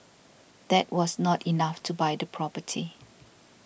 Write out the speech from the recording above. that was not enough to buy the property